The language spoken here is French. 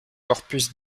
corpus